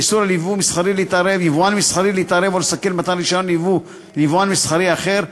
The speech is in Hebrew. איסור על יבואן מסחרי להתערב או לסכל מתן רישיון ליבואן מסחרי אחר,